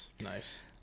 Nice